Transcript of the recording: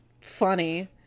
funny